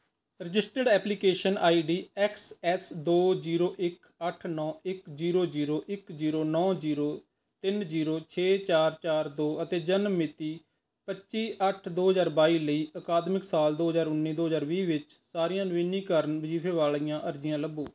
registered application I D X S ਦੋ zero ਇੱਕ ਅੱਠ ਨੌ ਇੱਕ ਜੀਰੋ ਜੀਰੋ ਇੱਕ ਜੀਰੋ ਨੌ ਜੀਰੋ ਤਿੰਨ ਜੀਰੋ ਛੇ ਚਾਰ ਚਾਰ ਦੋ ਅਤੇ ਜਨਮ ਮਿਤੀ ਪੱਚੀ ਅੱਠ ਦੋ ਹਜ਼ਾਰ ਬਾਈ ਲਈ ਅਕਾਦਮਿਕ ਸਾਲ ਦੋ ਹਜ਼ਾਰ ਉੱਨੀ ਦੋ ਹਜ਼ਾਰ ਵੀਹ ਵਿੱਚ ਸਾਰੀਆਂ ਨਵੀਨੀਕਰਨ ਵਜੀਫੇ ਵਾਲੀਆਂ ਅਰਜੀਆਂ ਲੱਭੋ